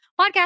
podcast